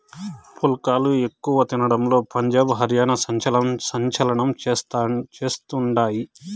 పుల్కాలు ఎక్కువ తినడంలో పంజాబ్, హర్యానా సంచలనం చేస్తండాయి